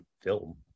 film